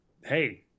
hey